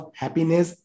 happiness